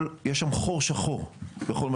הדברים האלה יוצרים חור שחור בכל מה